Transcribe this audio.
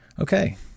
Okay